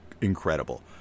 incredible